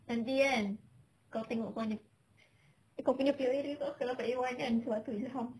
nanti kan kau tengok kau punya kau punya P_O_A results kau dapat A one kan sebab tu ilham